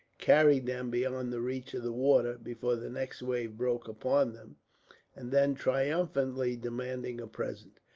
carried them beyond the reach of the water, before the next wave broke upon them and then triumphantly demanded a present,